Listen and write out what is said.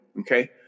okay